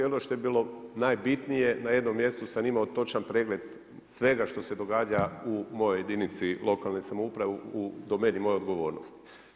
I ono što je bilo najbitnije, na jednom mjestu sam imao točan pregled svega što se događa u mojoj jedinici lokalne samouprave u domeni moje odgovornosti.